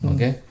Okay